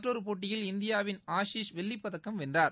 மற்றொருபோட்டியில் இந்தியாவினஆஷிஷ் வெள்ளிப்பதக்கம் வென்றார்